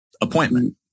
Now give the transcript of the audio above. appointment